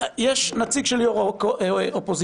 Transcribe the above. יש נציג של יו"ר האופוזיציה.